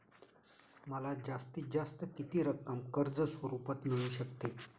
मला जास्तीत जास्त किती रक्कम कर्ज स्वरूपात मिळू शकते?